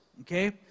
okay